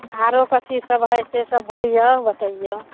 आरो कथी सब हइ से सब बोलियौ बतैयौ